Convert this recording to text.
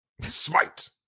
Smite